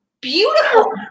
beautiful